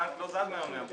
בנק לא עובד מהיום להיום.